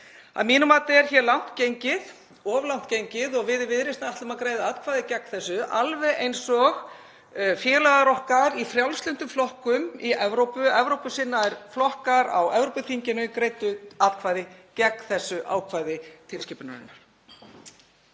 Að mínu mati er hér of langt gengið og við í Viðreisn ætlum að greiða atkvæði gegn þessu alveg eins og félagar okkar í frjálslyndum flokkum í Evrópu. Evrópusinnaðir flokkar á Evrópuþinginu greiddu atkvæði gegn þessu ákvæði tilskipunarinnar.